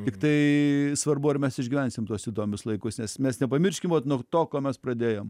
tiktai svarbu ar mes išgyvensim tuos įdomius laikus nes mes nepamirškim vat nuo to kuo mes pradėjom